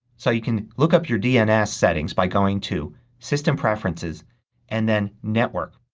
so you can look up your dns settings by going to system preferences and then network.